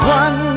one